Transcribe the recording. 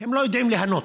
הם לא יודעים ליהנות.